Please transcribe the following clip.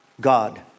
God